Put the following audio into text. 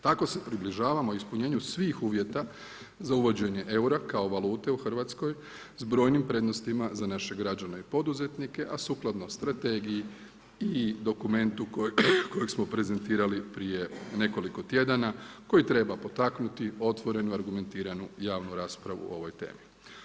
Tako se približavamo ispunjenju svih uvjeta za uvođenje eura kao valute u Hrvatskoj s brojnim prednostima za naše građane i poduzetnike, a sukladno strategiji i dokumentu kojeg smo prezentirali prije nekoliko tjedana koji treba potaknuti otvorenu, argumentiranu javnu raspravu o ovoj temi.